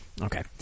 Okay